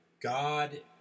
God